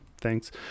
thanks